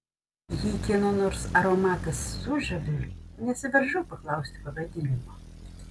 jei kieno nors aromatas sužavi nesivaržau paklausti pavadinimo